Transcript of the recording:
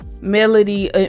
Melody